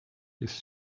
his